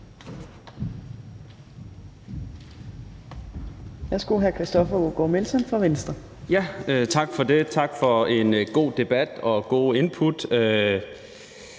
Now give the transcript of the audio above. tak for en god debat og gode input.